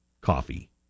coffee